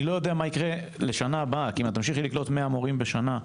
אני לא יודע מה יקרה בשנה הבאה אם תמשיכי תקלוט מאה מורים בשנה.